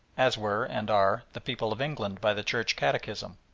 as were, and are, the people of england by the church catechism,